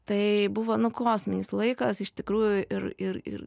tai buvo kosminis laikas iš tikrųjų ir ir ir